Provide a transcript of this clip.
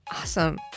Awesome